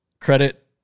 Credit